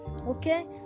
okay